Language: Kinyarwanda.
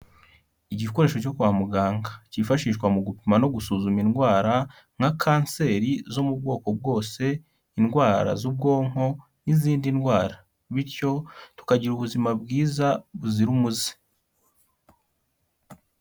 Igikoresho cyo kwa muganga, cyifashishwa mu gupima no gusuzuma indwara nka kanseri zo mu bwoko bwose, indwara z'ubwonko n'izindi ndwara, bityo tukagira ubuzima bwiza buzira umuze.